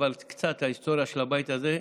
אבל קצת היסטוריה של הבית הזה,